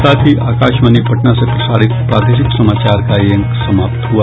इसके साथ ही आकाशवाणी पटना से प्रसारित प्रादेशिक समाचार का ये अंक समाप्त हुआ